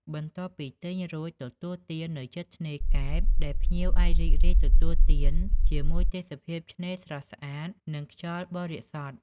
បន្ទាប់ពីទិញរួចទទួលទាននៅជិតឆ្នេរកែបដែលភ្ញៀវអាចរីករាយទទួលទានជាមួយទេសភាពឆ្នេរស្រស់ស្អាត និងខ្យល់បរិសុទ្ធ។